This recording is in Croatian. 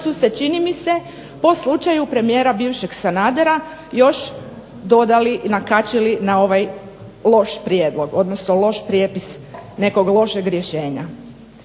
su se čini mi se po slučaju premijera bivšeg Sanadera još nakačili na ovaj loš prijepis nekog lošeg rješenja.